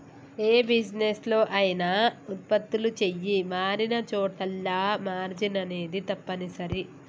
యే బిజినెస్ లో అయినా వుత్పత్తులు చెయ్యి మారినచోటల్లా మార్జిన్ అనేది తప్పనిసరి